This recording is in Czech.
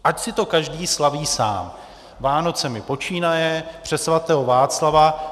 Ať si to každý slaví sám Vánocemi počínaje přes svatého Václava.